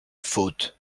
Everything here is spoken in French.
faute